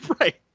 Right